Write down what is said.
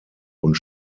und